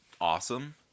awesome